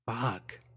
Fuck